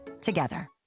together